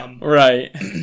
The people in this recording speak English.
Right